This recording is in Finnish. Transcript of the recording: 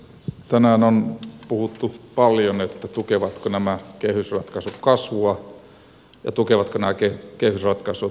tänään on puhuttu paljon siitä tukevatko nämä kehysratkaisut kasvua ja tukevatko nämä kehysratkaisut vakautta